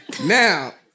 Now